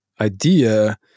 idea